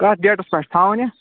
کَتھ ڈیٹٕس پٮ۪ٹھ چھُ تھاوُن یہِ